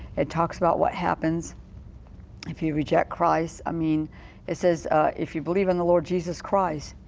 it talks about what happens if you reject christ. i mean it says if you believe in the lord jesus christ,